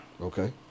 Okay